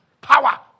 power